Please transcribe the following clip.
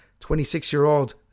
26-year-old